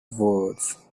words